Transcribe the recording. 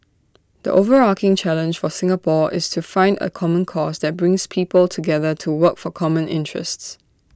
the overarching challenge for Singapore is to find A common cause that brings people together to work for common interests